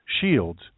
shields